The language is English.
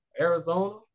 Arizona